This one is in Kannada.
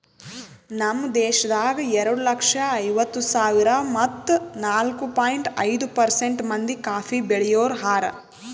ನಮ್ ದೇಶದಾಗ್ ಎರಡು ಲಕ್ಷ ಐವತ್ತು ಸಾವಿರ ಮತ್ತ ನಾಲ್ಕು ಪಾಯಿಂಟ್ ಐದು ಪರ್ಸೆಂಟ್ ಮಂದಿ ಕಾಫಿ ಬೆಳಿಯೋರು ಹಾರ